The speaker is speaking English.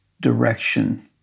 direction